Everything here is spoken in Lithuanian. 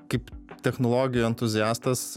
kaip technologijų entuziastas